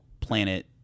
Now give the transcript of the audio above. Planet